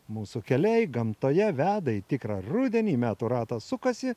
mūsų keliai gamtoje veda į tikrą rudenį metų ratas sukasi